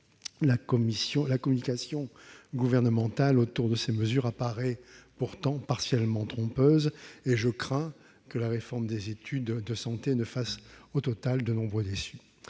la communication gouvernementale autour de ces mesures apparaît pourtant partiellement trompeuse, et je crains que la réforme des études de santé ne fasse au total de nombreux déçus.